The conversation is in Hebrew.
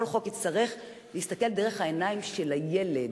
כל חוק יצטרך להסתכל דרך העיניים של הילד.